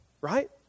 right